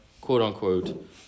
quote-unquote